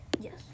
Yes